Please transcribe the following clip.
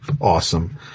awesome